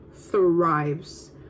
thrives